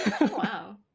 Wow